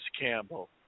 Campbell